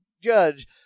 judge